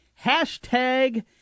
hashtag